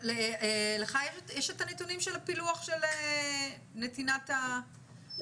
לך יש את הנתונים של הפילוח של נתינת הדוחות?